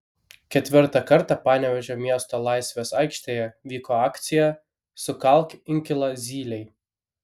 ketvirtą kartą panevėžio miesto laisvės aikštėje vyko akcija sukalk inkilą zylei